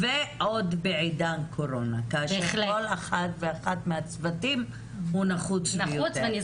ועוד בעידן קורונה כאשר כל אחד ואחת מהצוותים הוא נחוץ ביותר.